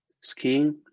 Skiing